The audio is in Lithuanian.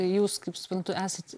jūs kaip suprantu esat